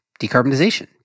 decarbonization